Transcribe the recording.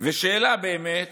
וזו שאלה באמת